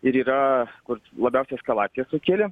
ir yra kur labiausiai eskalaciją sukėlė